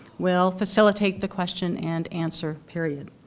will facilitate the questions and answer period.